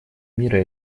мира